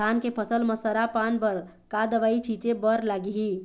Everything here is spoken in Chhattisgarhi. धान के फसल म सरा पान बर का दवई छीचे बर लागिही?